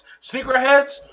Sneakerheads